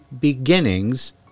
beginnings